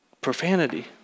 profanity